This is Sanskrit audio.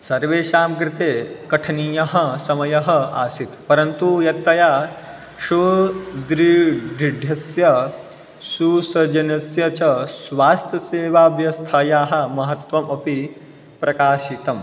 सर्वेषां कृते कठिनः समयः आसीत् परन्तु यत्तया सुदृढस्य सुजनस्य च स्वास्थ्यसेवाव्यस्थायाः महत्वम् अपि प्रकाशितम्